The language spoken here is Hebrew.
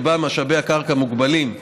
שבה משאבי הקרקע מוגבלים.